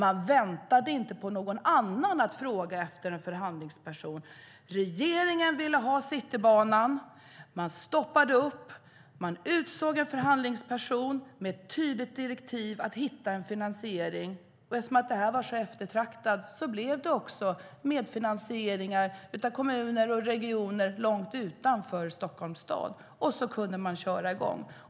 Vi väntade inte på att någon annan skulle fråga efter en förhandlingsperson. Regeringen ville ha Citybanan. Vi utsåg en förhandlingsperson med ett tydligt direktiv att hitta en finansiering. Eftersom det här var så eftertraktat blev det också medfinansieringar av kommuner och regioner långt utanför Stockholms stad, och sedan kunde man köra igång.